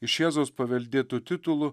iš jėzaus paveldėtų titulų